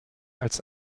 als